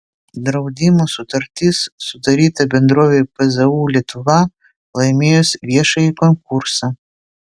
draudimo sutartis sudaryta bendrovei pzu lietuva laimėjus viešąjį konkursą